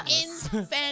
Infinite